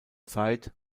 zeit